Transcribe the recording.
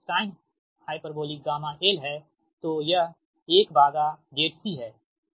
तो यह 1ZC है